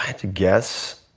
ah to guess